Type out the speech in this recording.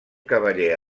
cavaller